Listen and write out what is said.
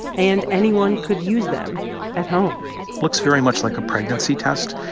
and anyone could use them at home looks very much like a pregnancy test.